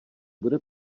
bude